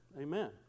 Amen